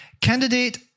Candidate